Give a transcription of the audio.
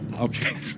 Okay